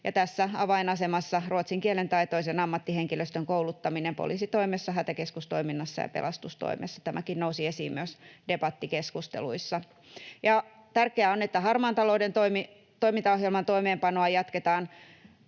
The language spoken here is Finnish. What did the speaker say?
Tässä on avainasemassa ruotsin kielen taitoisen ammattihenkilöstön kouluttaminen poliisitoimessa, hätäkeskustoiminnassa ja pelastustoimessa. Tämäkin nousi esiin myös debattikeskusteluissa. Tärkeää on, että harmaan talouden toimintaohjelman toimeenpanoa jatketaan.